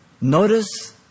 Notice